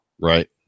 Right